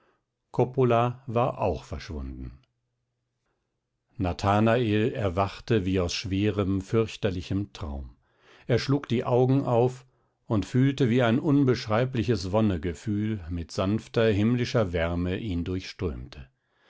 coppola war auch verschwunden nathanael erwachte wie aus schwerem fürchterlichem traum er schlug die augen auf und fühlte wie ein unbeschreibliches wonnegefühl mit sanfter himmlischer wärme ihn durchströmte